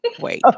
Wait